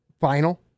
final